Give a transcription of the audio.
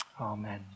Amen